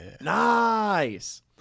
Nice